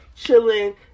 Chilling